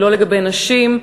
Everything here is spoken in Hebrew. ולא לנשים,